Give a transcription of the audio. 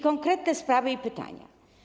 Konkretne sprawy i pytania.